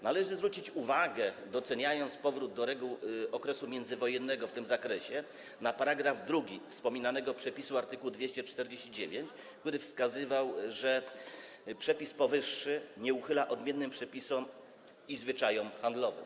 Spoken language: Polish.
Należy zwrócić uwagę, doceniając powrót do reguł okresu międzywojennego w tym zakresie, na § 2 wspominanego przepisu art. 249, który wskazywał, że powyższy przepis nie uchybia odmiennym przepisom i zwyczajom handlowym.